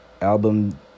album